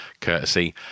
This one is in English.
courtesy